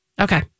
Okay